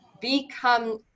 become